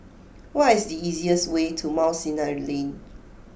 what is the easiest way to Mount Sinai Lane